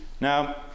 Now